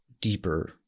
deeper